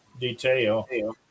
detail